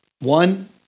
One